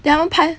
then 他们拍